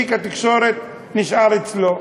תיק התקשורת נשאר אצלו.